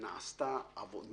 נעשתה עבודה.